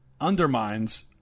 undermines